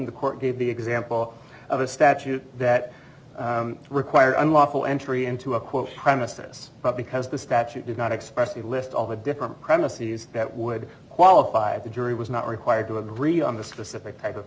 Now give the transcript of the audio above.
the court gave the example of a statute that require unlawful entry into a quote premises but because the statute did not express the list all the different premises that would qualify the jury was not required to agree on the specific type of